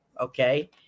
Okay